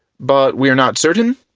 but we're not certain?